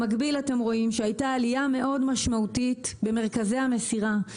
במקביל אתם רואים שהייתה עלייה מאוד משמעותית במרכזי המסירה.